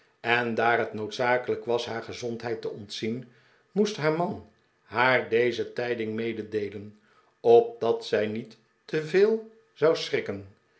en daar het noodzakelijk was haar gezondheid te ontzien moest haar man haar deze tijdmgmeedeelen opdat zij niet te veel zou schrikken